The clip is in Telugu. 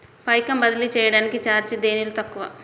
పైకం బదిలీ చెయ్యటానికి చార్జీ దేనిలో తక్కువ?